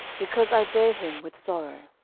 because i bare him with sorrow.